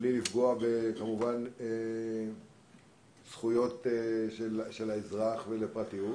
בלי לפגוע, כמובן, בזכויות של האזרח לפרטיות.